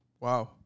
Wow